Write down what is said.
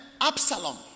Absalom